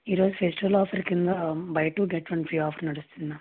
ఈరోజు festival offer క్రింద buy two get one free offer నడుస్తుంది మ్యామ్